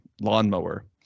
lawnmower